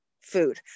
food